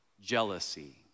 Jealousy